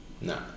no